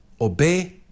obey